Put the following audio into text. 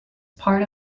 part